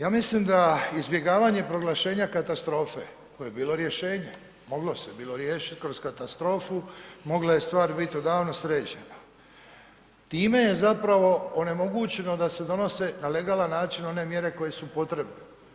Ja mislim da izbjegavanje proglašenja katastrofe koje je bilo rješenje, moglo se bilo riješiti kroz katastrofu, mogla je stvar biti odavno sređena, time je zapravo onemogućeno da se donose na legalan način one mjere koje su potrebne.